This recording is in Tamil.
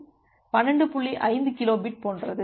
5 கிலோ பிட் போன்றது